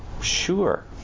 sure